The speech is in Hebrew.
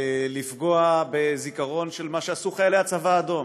לפגוע בזיכרון של מה שעשו חיילי הצבא האדום,